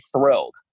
thrilled